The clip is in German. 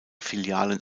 filialen